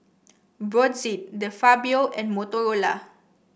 Brotzeit De Fabio and Motorola